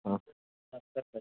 ಹಾಂ